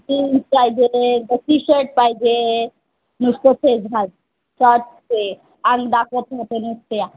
jeans पाहिजे T shirt पाहिजे नुसतं तेच घाल ते झाटचे आणि दाखवत राहते नुसत्या